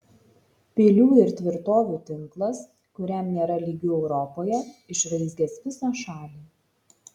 pilių ir tvirtovių tinklas kuriam nėra lygių europoje išraizgęs visą šalį